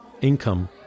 income